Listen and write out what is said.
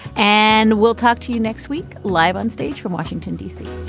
and we'll talk to you next week live on stage from washington, d c